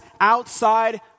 outside